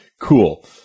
Cool